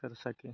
कर सकें